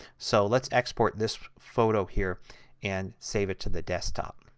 so let's export this photo here and save it to the desktop.